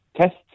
tests